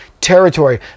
territory